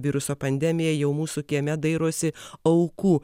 viruso pandemija jau mūsų kieme dairosi aukų